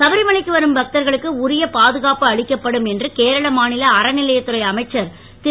சபரிமலைக்கு வரும் பக்தர்களக்கு உரிய பாதுகாப்பு அளிக்கப்படும் என்று கேரள மாநில அறநிலையத் துறை அமைச்சர் திரு